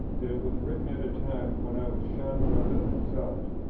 that it was written at a time when i was shunned rather than sought,